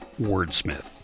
Wordsmith